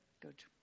Good